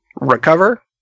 recover